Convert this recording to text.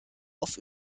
auf